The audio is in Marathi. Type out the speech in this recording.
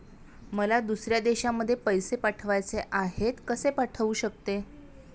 मला दुसऱ्या देशामध्ये पैसे पाठवायचे आहेत कसे पाठवू शकते?